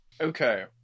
Okay